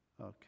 Okay